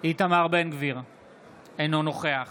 אינו נוכח